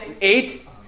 Eight